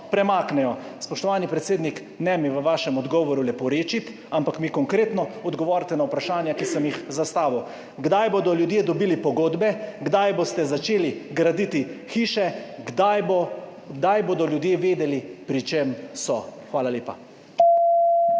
premaknejo. Spoštovani predsednik, ne mi v svojem odgovoru leporečiti, ampak mi konkretno odgovorite na vprašanja, ki sem jih zastavil: Kdaj bodo ljudje dobili pogodbe? Kdaj boste začeli graditi hiše? Kdaj bodo ljudje vedeli, pri čem so? Hvala lepa.